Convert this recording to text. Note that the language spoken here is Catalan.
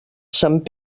sant